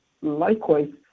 Likewise